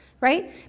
right